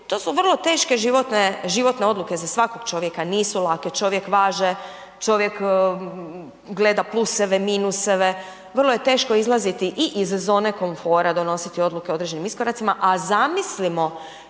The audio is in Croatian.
to su vrlo teške životne odluke, za svakog čovjeka, nisu lake. Čovjek važe, čovjek gleda pluseve, minusove, vrlo je teško izlaziti i iz zone komfora, donositi odluke o određenim iskoracima. A zamislimo